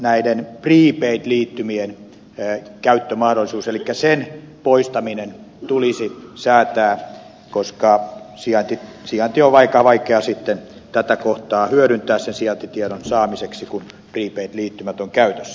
näiden prepaid liittymien käyttömahdollisuuden poistamisesta tulisi säätää koska sijaintiedon saamista on sitten aika vaikea hyödyntää kun prepaid liittymät ovat käytössä